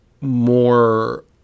more